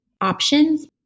options